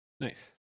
Nice